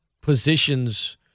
positions